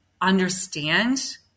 understand